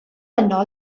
yno